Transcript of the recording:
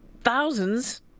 Thousands